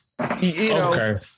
Okay